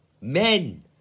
men